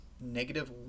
negative